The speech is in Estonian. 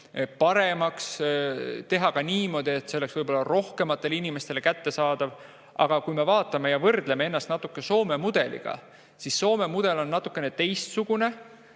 paremaks, teha ka niimoodi, et see oleks rohkematele inimestele kättesaadav. Aga kui me vaatame ja võrdleme ennast näiteks Soome mudeliga, siis Soome mudel on natukene teistsugune